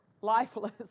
lifeless